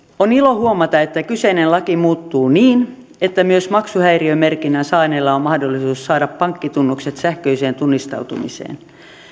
on ilo huomata että kyseinen laki muuttuu niin että myös maksuhäiriömerkinnän saaneilla on mahdollisuus saada pankkitunnukset sähköiseen tunnistautumiseen